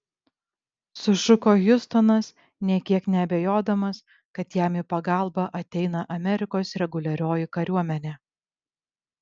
sušuko hiustonas nė kiek neabejodamas kad jam į pagalbą ateina amerikos reguliarioji kariuomenė